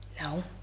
No